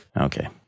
Okay